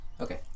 Okay